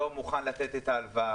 לא מוכן לתת את ההלוואה?